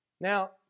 now